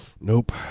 Nope